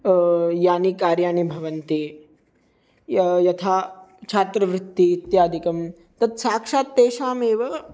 यानि कार्याणि भवन्ति यत् यथा छात्रवृत्ति इत्यादिकं तत् साक्षात् तेषामेव